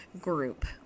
group